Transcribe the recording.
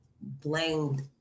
Blamed